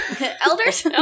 Elders